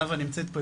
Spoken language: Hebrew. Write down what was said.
נאוה נמצאת פה,